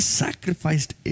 sacrificed